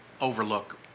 overlook